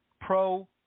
pro